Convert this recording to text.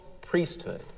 priesthood